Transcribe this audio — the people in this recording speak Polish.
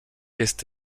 jest